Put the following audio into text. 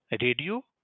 radio